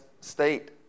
state